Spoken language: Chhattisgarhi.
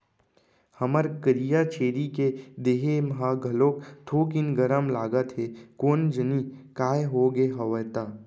हमर करिया छेरी के देहे ह घलोक थोकिन गरम लागत हे कोन जनी काय होगे हवय ते?